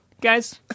guys